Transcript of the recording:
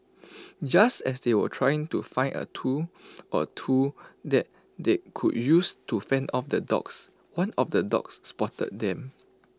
just as they were trying to find A tool or two that they could use to fend off the dogs one of the dogs spotted them